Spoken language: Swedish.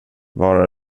var